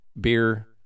Beer